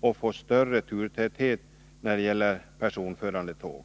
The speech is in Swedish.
också få större turtäthet när det gäller personförande tåg.